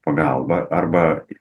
pagalba arba